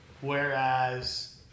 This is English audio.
Whereas